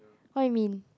what you mean